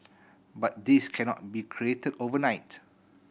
but this cannot be created overnight